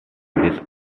this